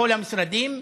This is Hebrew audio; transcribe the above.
בכל המשרדים,